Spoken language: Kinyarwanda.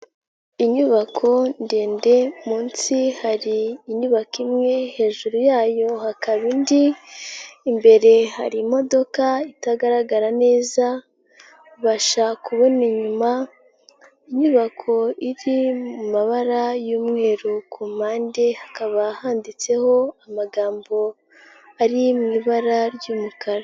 Inyubako ndende munsi hari inyubako imwe, hejuru yayo hakaba indi, imbere hari imodoka itagaragara neza, ubasha kubona inyuma, inyubako iri mu mabara y'umweru ku mpande hakaba handitseho amagambo ari mu ibara ry'umukara.